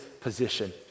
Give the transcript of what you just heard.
position